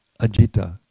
Ajita